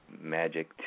Magic